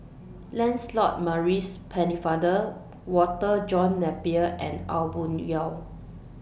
Lancelot Maurice Pennefather Walter John Napier and Aw Boon Haw